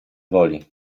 woli